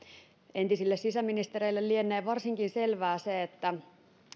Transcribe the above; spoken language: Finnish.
entisille sisäministereille lienee varsinkin selvää se että